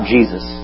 Jesus